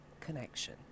connection